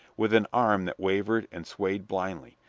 with an arm that wavered and swayed blindly,